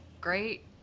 Great